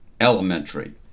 elementary